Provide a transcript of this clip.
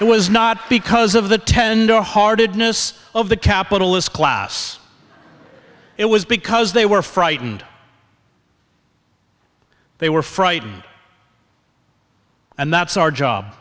it was not because of the tender hearted notice of the capitalist class it was because they were frightened they were frightened and that's our job